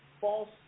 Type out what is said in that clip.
false